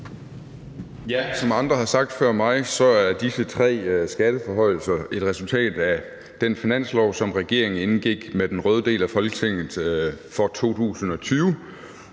Som andre har sagt før mig, er disse tre skatteforhøjelser et resultat af den finanslov, som regeringen indgik med den røde del af Folketinget for 2020.